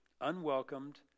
unwelcomed